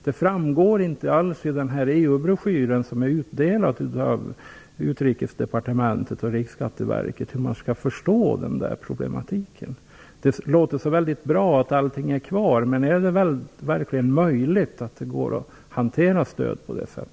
Det framgår inte alls i den EU broschyr som har delats ut av Utrikesdepartementet och Riksskatteverket hur man skall förstå problematiken. Det låter så bra att allting är kvar. Men är det verkligen möjligt att hantera stöd på detta sätt?